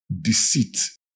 deceit